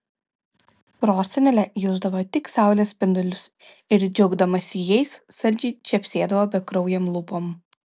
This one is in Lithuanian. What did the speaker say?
prosenelė jusdavo tik saulės spindulius ir džiaugdamasi jais saldžiai čepsėdavo bekraujėm lūpom